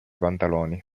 pantaloni